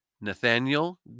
Nathaniel